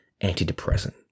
antidepressant